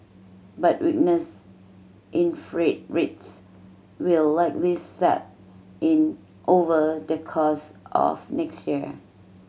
but weakness in freight rates will likely set in over the course of next year